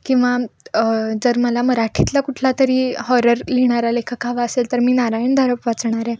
किंवा जर मला मराठीतला कुठला तरी हॉरर लिहिणारा लेखक हवा असेल तर मी नारायण धारप वाचणार आहे